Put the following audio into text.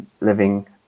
living